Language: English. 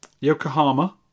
Yokohama